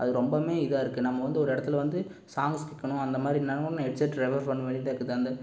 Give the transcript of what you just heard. அது ரொம்பவுமே இதாக இருக்குது நம்ம வந்து ஒரு இடத்துல வந்து சாங்ஸ் கேட்கணும் அந்தமாதிரி ஹெட்செட் ரெஃபர் பண்ண வேண்டியதாக இருக்குது அந்த